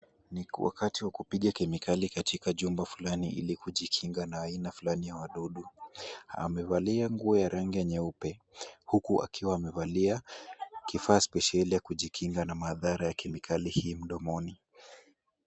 Ni wakati wa kupiga kemikali katika jumba fulani ili kujikinga na aina fulani ya wadudu. Amevalia nguo ya rangi nyeupe huku akiwa amevalia kifaa spesheli cha kujikinga na madhara ya kemikali hii mdomoni.